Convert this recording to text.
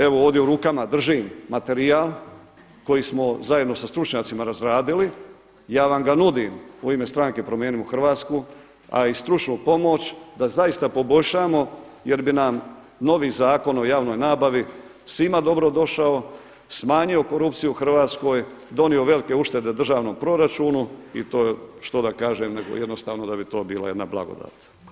Evo ovdje u rukama držim materijal koji smo zajedno sa stručnjacima razradili, ja vam ga nudim u ime stranke Promijenimo Hrvatsku, a i stručnu pomoć da zaista poboljšamo jer bi nam novi Zakon o javnoj nabavi svima dobrodošao, smanjio korupciju u Hrvatskoj, donio velike uštede državnom proračunu i to što da kažem nego jednostavno da bi to bila jedna blagodat.